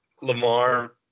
Lamar